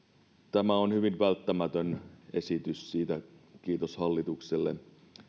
tämä on hyvin välttämätön esitys siitä kiitos hallitukselle